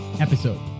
episode